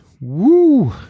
Woo